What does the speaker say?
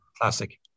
classic